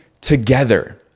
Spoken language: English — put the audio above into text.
together